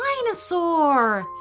dinosaur